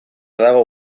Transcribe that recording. dago